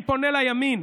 אני פונה לימין,